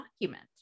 document